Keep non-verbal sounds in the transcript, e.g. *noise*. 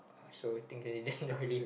so things they *laughs* didn't really